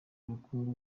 ubukungu